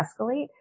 escalate